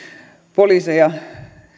poliiseja